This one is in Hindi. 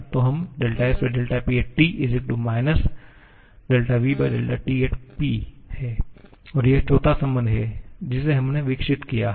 तो हम SPT vTP और यह चौथा संबंध है जिसे हमने विकसित किया है